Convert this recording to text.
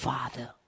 Father